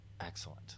Excellent